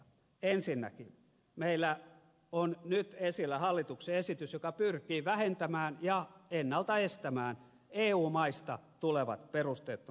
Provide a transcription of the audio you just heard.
ensinnäkin meillä on nyt esillä hallituksen esitys joka pyrkii vähentämään ja ennalta estämään eu maista tulevat perusteettomat turvapaikkahakemukset